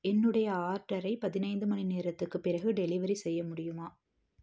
என்னுடைய ஆர்டரை பதினைந்து மணிநேரத்துக்குப் பிறகு டெலிவரி செய்ய முடியுமா